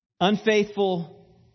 Unfaithful